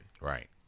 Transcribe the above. Right